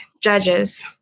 Judges